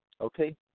Okay